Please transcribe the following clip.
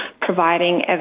providing